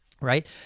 right